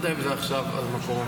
לא יודע אם זה עכשיו הזמן והמקום,